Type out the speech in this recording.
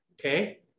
okay